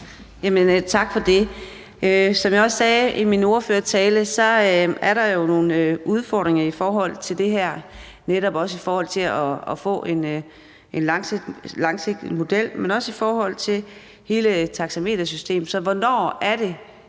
Tak for det. Som jeg også sagde i min ordførertale, er der jo nogle udfordringer med det her. Det er netop i forhold til at få en langsigtet model, men også i forhold til hele taxametersystemet. Så hvornår er det,